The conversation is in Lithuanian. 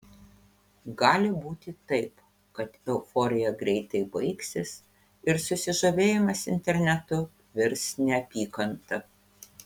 gali būti taip kad euforija greitai baigsis ir susižavėjimas internetu virs neapykanta